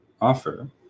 offer